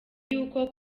y’uko